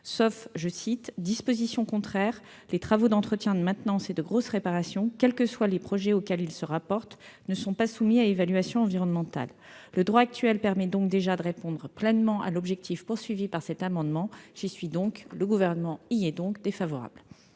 Sauf dispositions contraires, les travaux d'entretien, de maintenance et de grosses réparations, quels que soient les projets auxquels ils se rapportent, ne sont pas soumis à évaluation environnementale. » Le droit actuel permet donc déjà de répondre pleinement au souhait des auteurs de cet amendement. Le Gouvernement émet donc un avis défavorable.